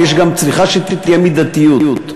צריך שתהיה מידתיות.